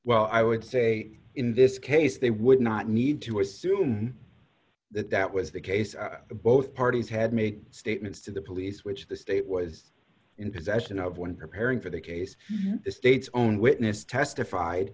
well i would say in this case they would not need to assume that that was the case both parties had made statements to the police which the state was in possession of when preparing for the case the state's own witness testified